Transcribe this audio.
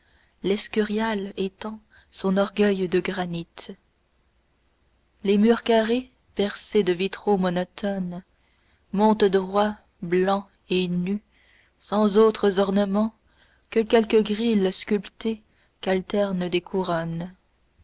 l'escurial étend son orgueil de granit les murs carrés percés de vitraux monotones montent droits blancs et nus sans autres ornements que quelques grils sculptés qu'alternent des